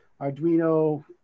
Arduino